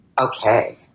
Okay